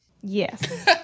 Yes